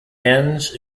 ends